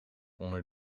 onder